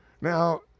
Now